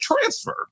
transfer